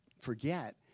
forget